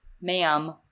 ma'am